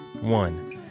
One